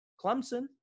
Clemson